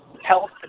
health